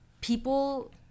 people –